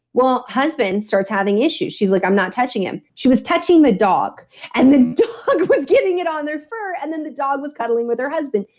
well husband starts having issues. she's like, i'm not touching him. she was touching the dog and the dog was getting it on their fur and then the dog was cuddling with her husband.